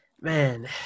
Man